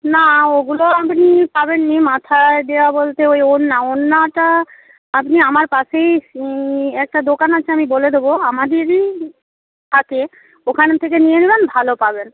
না ওগুলো আপনি পাবেন না মাথায় দেওয়া বলতে ওই ওড়না ওড়নাটা আপনি আমার পাশেই একটা দোকান আছে আমি বলে দেবো আমাদেরই পাশে ওখান থেকে নিয়ে নেবেন ভালো পাবেন